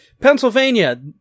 Pennsylvania